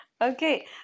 okay